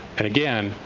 and again,